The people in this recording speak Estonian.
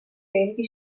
veelgi